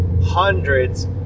hundreds